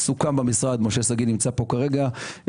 סוכם במשרד משה שגיא נמצא פה שיתוקנו.